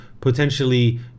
potentially